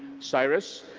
cyrus.